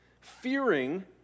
fearing